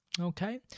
okay